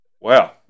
Wow